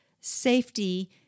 safety